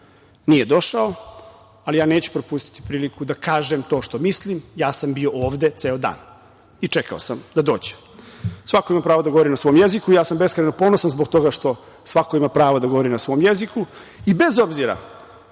Nije došao, ali ja neću propustiti priliku da kažem to što mislim, ja sam bio ovde ceo dan i čekao sam da dođe. Svako ima pravo da govori na svom jeziku, ja sam beskrajno ponosan zbog toga što svako ima pravo da govori na svom jeziku. Bez obzira